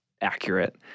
accurate